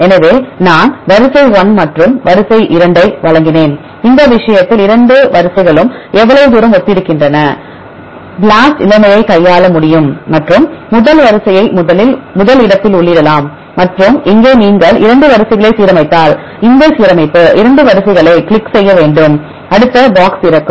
எனவே நான் வரிசை எண் 1 மற்றும் வரிசை எண் 2 ஐ வழங்கினேன் இந்த விஷயத்தில் 2 வரிசைகளும் எவ்வளவு தூரம் ஒத்திருக்கின்றன BLAST நிலைமையைக் கையாள முடியும் மற்றும் முதல் வரிசையை முதலில் முதல் இடத்தில் உள்ளிடலாம் மற்றும் இங்கே நீங்கள் 2 வரிசைகளை சீரமைத்தால் இந்த சீரமைப்பு 2 வரிசைகளைக் கிளிக் செய்ய வேண்டும் அடுத்த பாக்ஸ் திறக்கும்